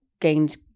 gained